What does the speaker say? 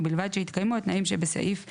ובלבד שהתקיימו התנאים שבסעיף 49כב2(ג),